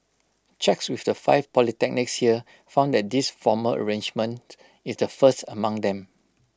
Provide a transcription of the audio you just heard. checks with the five polytechnics here found that this formal arrangement is the first among them